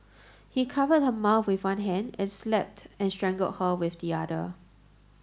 he covered her mouth with one hand and slapped and strangled her with the other